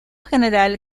general